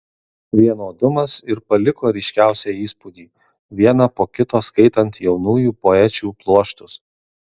vienodumas ir paliko ryškiausią įspūdį vieną po kito skaitant jaunųjų poečių pluoštus